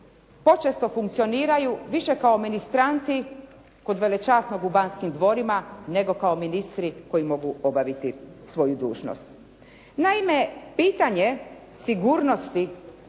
počesto funkcioniraju više kao ministranti kod velečasnog u Banskim dvorima nego kao ministri koji mogu obaviti svoju dužnost. Naime pitanje sigurnosti